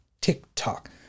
TikTok